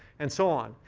and so on.